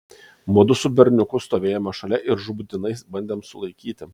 mudu su berniuku stovėjome šalia ir žūtbūtinai bandėm sulaikyti